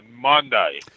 Monday